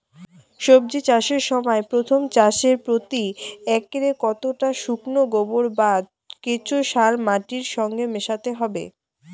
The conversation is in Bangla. সবজি চাষের সময় প্রথম চাষে প্রতি একরে কতটা শুকনো গোবর বা কেঁচো সার মাটির সঙ্গে মেশাতে হবে?